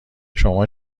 شما